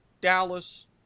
Dallas